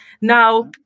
Now